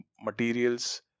materials